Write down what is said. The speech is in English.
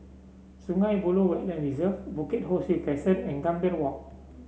Sungei Buloh Wetland Reserve Bukit Ho Swee Crescent and Gambir Walk